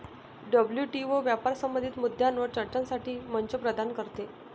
WTO व्यापार संबंधित मुद्द्यांवर चर्चेसाठी मंच प्रदान करते